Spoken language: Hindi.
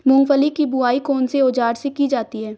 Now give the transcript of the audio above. मूंगफली की बुआई कौनसे औज़ार से की जाती है?